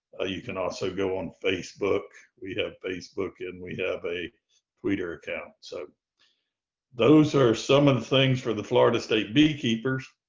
you can also go on facebook. we have facebook and we have a twitter account. so those are some of the things for the florida state beekeepers.